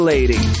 Lady